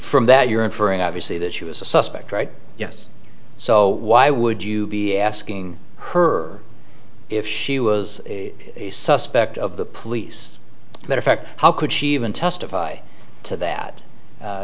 from that you're inferring obviously that she was a suspect right yes so why would you be asking her if she was a suspect of the police that effect how could she even testify to that